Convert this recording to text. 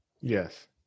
Yes